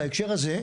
בהקשר הזה,